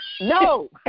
No